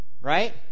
right